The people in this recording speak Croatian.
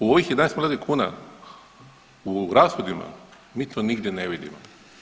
U ovih 11 milijardi kuna u rashodima mi to nigdje ne vidimo.